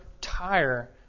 tire